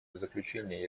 заключение